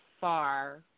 far